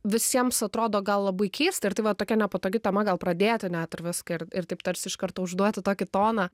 visiems atrodo gal labai keista ir tai va tokia nepatogi tema gal pradėti net ir viską ir ir taip tarsi iš karto užduoti tokį toną